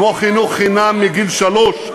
כמו חינוך חינם מגיל שלוש,